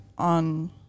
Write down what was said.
on